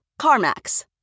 CarMax